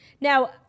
Now